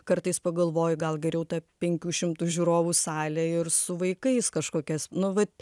kartais pagalvoji gal geriau ta penkių šimtų žiūrovų salė ir su vaikais kažkokiais nu vat